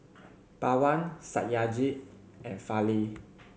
Pawan Satyajit and Fali